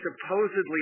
supposedly